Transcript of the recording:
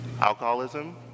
alcoholism